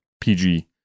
PG